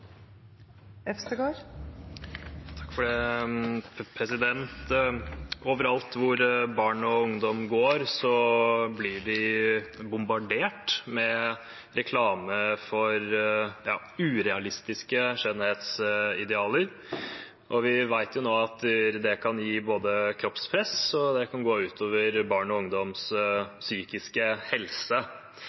hvor barn og ungdom går, blir de bombardert med reklame for urealistiske skjønnhetsidealer, og vi vet jo nå at det kan både gi kroppspress og gå ut over barn og ungdoms psykiske helse.